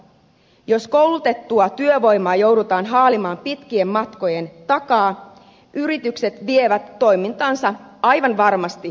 jos koulutettua työvoimaa joudutaan haalimaan pitkien matkojen takaa yritykset vievät toimintaansa aivan varmasti muualle